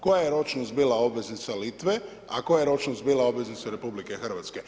Koja je ročnost bila obveznica Litve, a koja je ročnost bila obveznice RH.